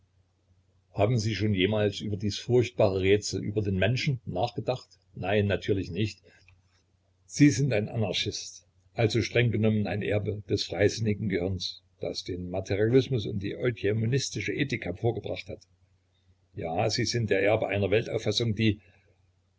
haben sie schon jemals über dies furchtbare rätsel über den menschen nachgedacht nein natürlich nicht sie sind ein anarchist also streng genommen ein erbe des freisinnigen gehirns das den materialismus und die eudaimonistische ethik hervorgebracht hat ja sie sind der erbe einer weltauffassung die